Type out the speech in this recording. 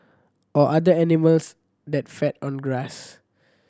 or other animals that feed on grass